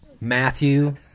Matthew